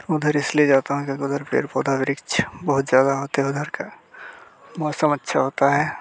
उधर इसलिए जाता हूँ क्योंकि उधर पेड़ पौधा वृक्ष बहुत ज़्यादा होते है उधर का मौसम अच्छा होता है